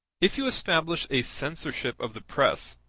if you establish a censorship of the press,